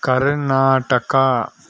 Karnataka